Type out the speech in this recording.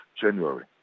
January